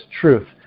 truth